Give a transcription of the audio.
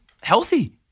healthy